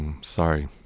Sorry